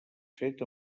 fet